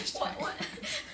hashtag